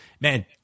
man